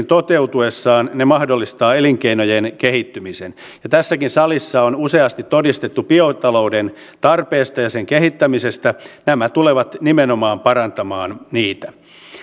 toteutuessaan ne myöskin mahdollistavat elinkeinojen kehittymisen tässäkin salissa on useasti todistettu biotalouden tarpeesta ja sen kehittämisestä nämä tulevat nimenomaan parantamaan niitä